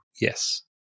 Yes